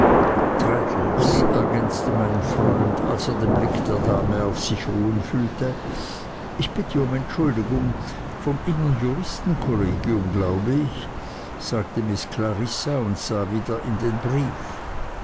ergänzte mein freund als er den blick der dame auf sich ruhen fühlte ich bitte um entschuldigung vom innern juristenkollegium glaube ich sagte miß clarissa und sah wieder in den brief